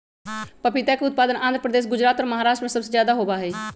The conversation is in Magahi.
पपीता के उत्पादन आंध्र प्रदेश, गुजरात और महाराष्ट्र में सबसे ज्यादा होबा हई